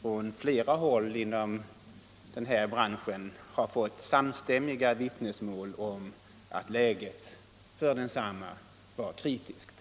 från flera håll inom branschen ha fått samstämmiga vittnesmål om att läget för växthusodlarna var kritiskt.